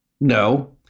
No